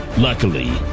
Luckily